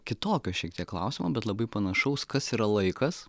kitokio šiek tiek klausimo bet labai panašaus kas yra laikas